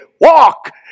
walk